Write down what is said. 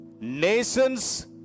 nations